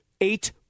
eight